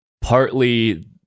partly